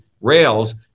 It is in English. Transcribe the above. rails